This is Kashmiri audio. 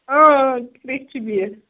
اۭں اۭں مےٚ تہِ چھُ بِہِتھ